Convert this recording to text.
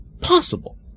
possible